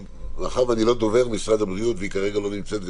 מאחר ואני לא דובר משרד הבריאות והיא כרגע לא נמצאת איתנו,